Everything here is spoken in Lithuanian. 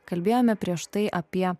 kalbėjome prieš tai apie